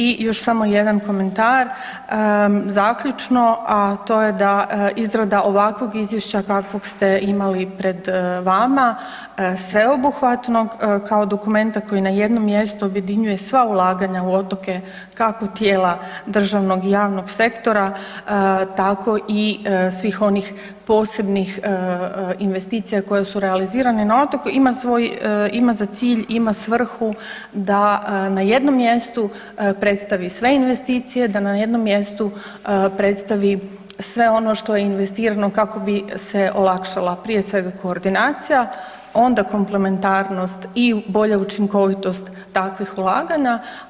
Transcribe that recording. I još samo jedan komentar, zaključno, a to je da izrada ovakvog izvješća kakvog ste imali pred vama sveobuhvatnog kao dokumenta koji na jednom mjestu objedinjuje sva ulaganja u otoke kako tijela državnog i javnog sektora tako i svih onih posebnih investicija koje su realizirane na otoku ima za cilj i ima za svrhu da na jednom mjestu predstavi sve investicije, da na jednom mjestu predstavi sve ono što je investirano kako bi se olakšala prije svega koordinacija onda komplementarnost i bolja učinkovitost takvih ulaganja.